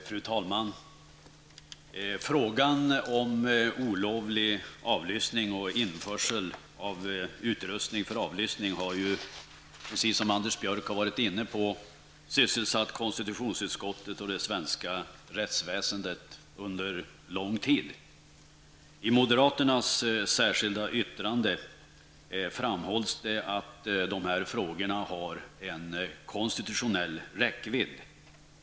Fru talman! Frågan om olovlig avlyssning och införsel av utrustning för avlyssning har, precis som Anders Björck varit inne på, sysselsatt konstitutionsutskottet och det svenska rättsväsendet under lång tid. I moderaternas särskilda yttrande framhålles det att de här frågorna har en konstitutionell räckvidd.